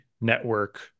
Network